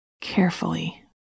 Carefully